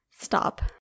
Stop